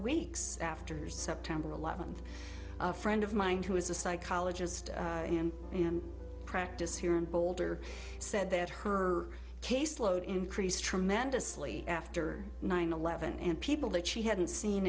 weeks after september eleventh a friend of mine who is a psychologist in practice here in boulder said that her caseload increased tremendously after nine eleven and people that she hadn't seen